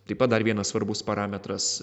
taip pat dar vienas svarbus parametras